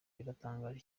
biratangaje